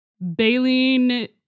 Baleen